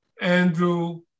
andrew